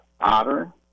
otter